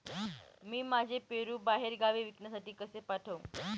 मी माझे पेरू बाहेरगावी विकण्यासाठी कसे पाठवू?